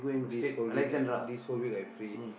this whole week I this whole week I free